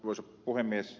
kyllä ed